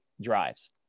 drives